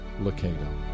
Locato